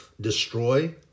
destroy